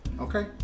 okay